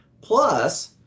Plus